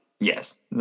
Yes